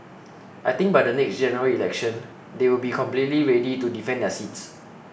I think by the next General Election they will be completely ready to defend their seats